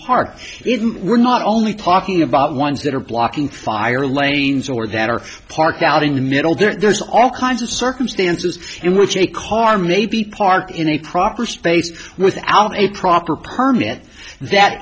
parked if we're not only talking about ones that are blocking fire lanes or that are parked out in the middle there's all kinds of circumstances in which a car may be parked in a proper space without a proper permit that